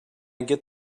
get